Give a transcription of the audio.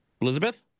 Elizabeth